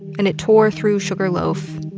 and it tore through sugarloaf,